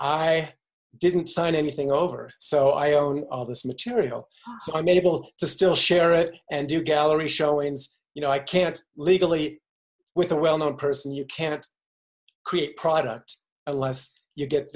i didn't sign anything over so i own all this material so i'm able to still share it and you gallery showings you know i can't legally with a well known person you can't create products i lest you get